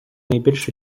найбільш